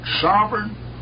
sovereign